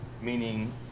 meaning